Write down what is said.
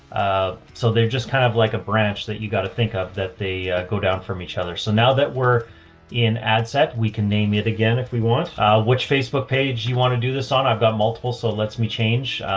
ah, so they've just kind of like a branch that you got to think of that they go down from each other. so now that we're in ad set, we can name it again if we want a which facebook page you want to do this on. i've got multiple so lets me change.